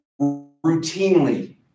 routinely